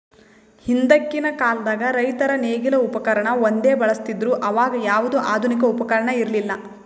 ಹಿಂದಕ್ಕಿನ್ ಕಾಲದಾಗ್ ರೈತರ್ ನೇಗಿಲ್ ಉಪಕರ್ಣ ಒಂದೇ ಬಳಸ್ತಿದ್ರು ಅವಾಗ ಯಾವ್ದು ಆಧುನಿಕ್ ಉಪಕರ್ಣ ಇರ್ಲಿಲ್ಲಾ